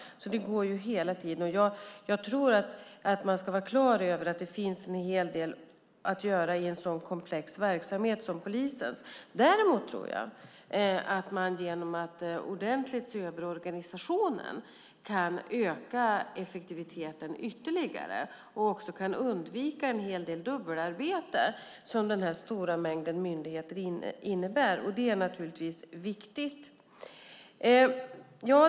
Jag tror att man ska vara klar över att det finns en hel del att göra i en så komplex verksamhet som polisens. Däremot kan man genom att ordentligt se över organisationen öka effektiviteten ytterligare och också undvika en hel del dubbelarbete som den stora mängden myndigheter innebär. Det är naturligtvis viktigt.